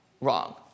wrong